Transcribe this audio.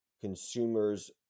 consumers